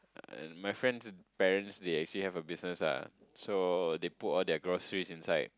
my friend parents they actually have a business lah so they put all their groceries inside